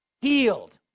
healed